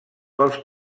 pels